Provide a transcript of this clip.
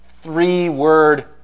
three-word